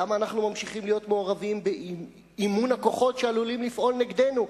למה אנחנו ממשיכים להיות מעורבים באימון הכוחות שעלולים לפעול נגדנו?